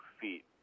feet